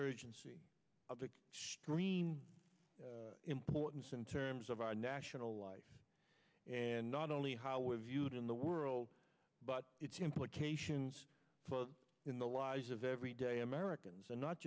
urgency of the green importance in terms of our national life and not only how we view it in the world but its implications in the lives of everyday americans and not